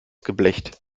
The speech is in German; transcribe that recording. geblecht